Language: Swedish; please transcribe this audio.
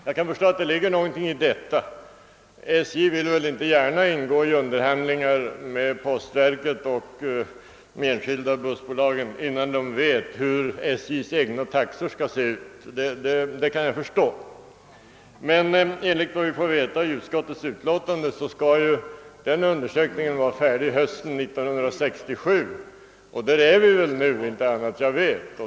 Jag kan förstå att det ligger någonting i detta; SJ vill väl inte gärna ingå i underhandlingar med postverket och de enskilda bussbolagen, innan SJ vet hur SJ:s egna taxor är. Men enligt vad vi i utskottets utlåtande får upplysning om skall den utredningen vara färdig hösten 1967.